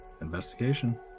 investigation